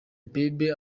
bieber